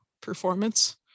performance